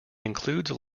includes